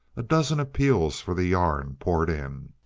a dozen appeals for the yarn poured in.